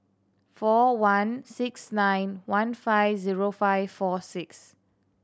four one six nine one five zero five four six